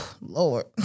Lord